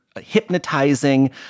hypnotizing